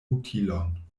utilon